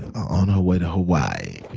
on her way to hawaii.